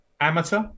amateur